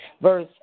verse